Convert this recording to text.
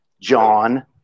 John